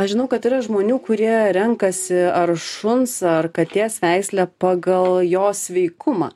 aš žinau kad yra žmonių kurie renkasi ar šuns ar katės veislę pagal jos sveikumą